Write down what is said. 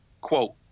Quote